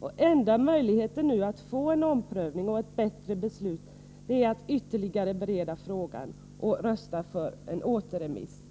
Den enda möjligheten att nu få till stånd en omprövning och ett bättre beslut är att frågan ytterligare bereds och att man alltså röstar för en återremiss.